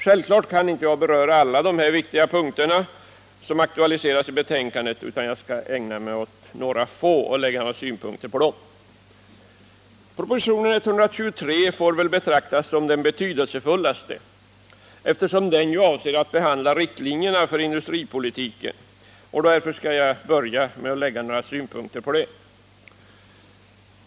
Självfallet kan jag inte beröra alla de viktiga punkter som aktualiseras i betänkandet, utan jag skall ägna mig åt några få och lägga synpunkter på dem. Propositionen 123 får betraktas som den betydelsefullaste eftersom den avser att behandla riktlinjerna för industripolitiken. Därför skall jag börja med att lägga några synpunkter på den frågan.